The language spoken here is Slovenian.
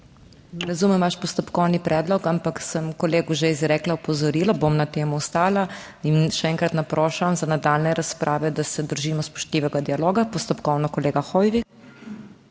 Razumem vaš postopkovni predlog, ampak sem kolegu že izrekla opozorila, bom na tem ostala in še enkrat naprošam za nadaljnje razprave, da se držimo spoštljivega dialoga. Postopkovno, kolega Hoivik.